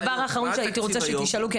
מה